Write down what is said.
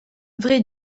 vrai